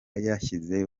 yashize